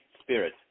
spirit